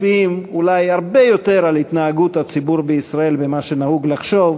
משפיעים על התנהגות הציבור בישראל הרבה יותר ממה שנהוג לחשוב.